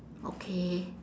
okay